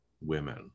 women